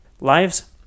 lives